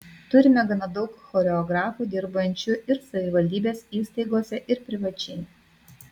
turime gana daug choreografų dirbančių ir savivaldybės įstaigose ir privačiai